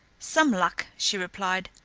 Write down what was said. some luck, she replied.